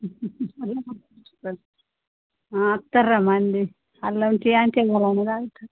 వస్తారురా మంది అల్లం టీ అంటే ఎంతమంది తాగుతారు